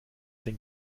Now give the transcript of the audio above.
den